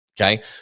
okay